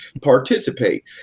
participate